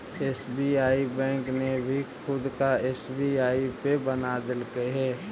SBI bank ने भी खुद का एस.बी.आई पे बना देलकइ हे